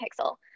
pixel